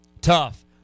Tough